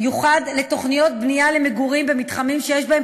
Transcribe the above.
ייוחד לתוכניות בנייה למגורים במתחמים שיש בהם